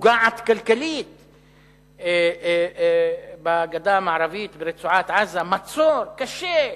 פוגעת כלכלית בגדה המערבית, ברצועת-עזה, מצור קשה,